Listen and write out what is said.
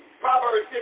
Proverbs